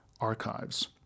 archives